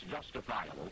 justifiable